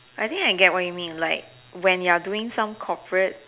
I think I get what you mean like when you're doing some corporate